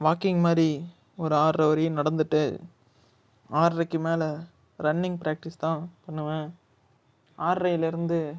walking மாதிரி ஒரு ஆறரைவரையும் நடந்துகிட்டு ஆறரைக்கு மேலே ரன்னிங் ப்ராக்ட்டிஸ்தான் பண்ணுவேன் ஆறரைலிருந்து